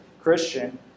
Christian